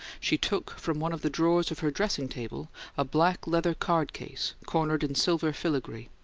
she took from one of the drawers of her dressing-table a black leather card-case cornered in silver filigree,